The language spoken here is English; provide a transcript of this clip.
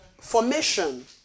Formation